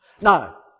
Now